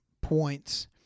points